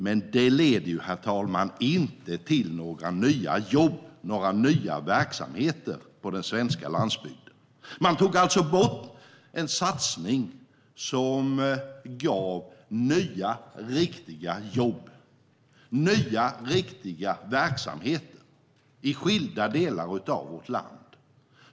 Men det leder, herr talman, inte till några nya jobb eller några nya verksamheter på den svenska landsbygden. Man tog alltså bort en satsning som gav nya riktiga jobb och nya riktiga verksamheter i skilda delar av vårt land.